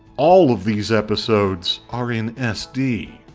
all of these episodes are in sd.